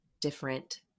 different